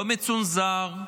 לא מצונזר,